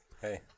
Hey